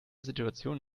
situation